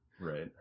Right